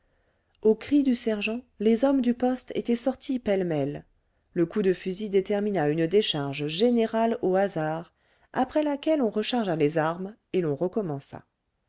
au cri du sergent les hommes du poste étaient sortis pêle-mêle le coup de fusil détermina une décharge générale au hasard après laquelle on rechargea les armes et l'on recommença